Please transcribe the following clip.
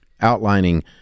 outlining